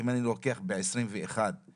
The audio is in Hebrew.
אם אני לוקח ב-2021 - 50,000